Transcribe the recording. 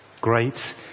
Great